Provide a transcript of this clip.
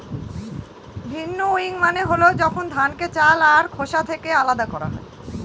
ভিন্নউইং মানে হল যখন ধানকে চাল আর খোসা থেকে আলাদা করা হয়